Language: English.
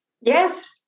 Yes